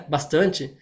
Bastante